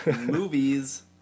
Movies